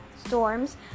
storms